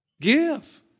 Give